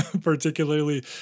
particularly